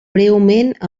breument